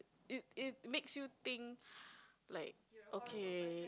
it it makes you think like okay